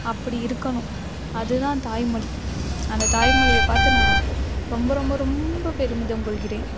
அப்படி இருக்கணும் அதுதான் தாய்மொழி அந்த தாய்மொழியை பார்த்து நான் ரொம்ப ரொம்ப ரொம்ப பெருமிதம் கொள்கிறேன்